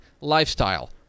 lifestyle